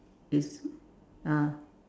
is ah